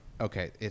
Okay